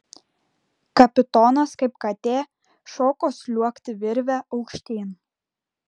kapitonas kaip katė šoko sliuogti virve aukštyn